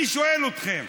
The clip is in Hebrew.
אני שואל אתכם: